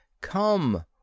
Come